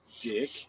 Dick